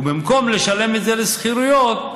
ובמקום לשלם את זה לשכירויות,